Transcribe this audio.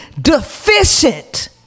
deficient